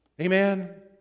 amen